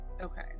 okay